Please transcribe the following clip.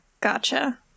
gotcha